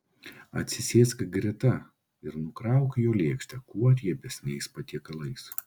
atsisėsk greta ir nukrauk jo lėkštę kuo riebesniais patiekalais